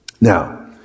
Now